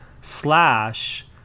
slash